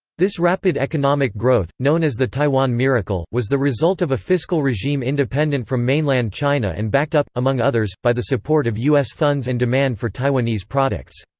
this rapid economic growth, known as the taiwan miracle, was the result of a fiscal regime independent from mainland china and backed up, among others, by the support of us funds and demand for taiwanese products.